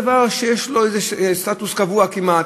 אם בדבר שיש לו איזה סטטוס קבוע כמעט,